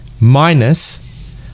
minus